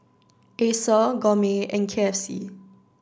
Acer Gourmet and K F C